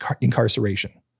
incarceration